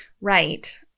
Right